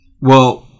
Well-